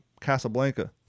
Casablanca